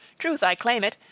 truth i claim it,